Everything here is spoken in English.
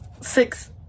six